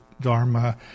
Dharma